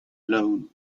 loan